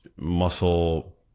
muscle